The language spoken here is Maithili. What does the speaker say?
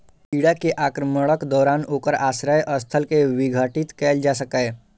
कीड़ा के आक्रमणक दौरान ओकर आश्रय स्थल कें विघटित कैल जा सकैए